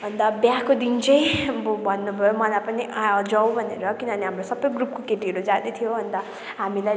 अन्त बिहाको दिन चाहिँ अब भन्नुभयो मलाई पनि जाऊँ भनेर किनभने हाम्रो सबै ग्रुपको केटीहरू जाँदै थियो अन्त हामीलाई